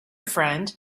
friend